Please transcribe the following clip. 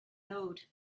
load